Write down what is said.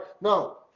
No